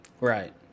Right